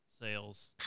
sales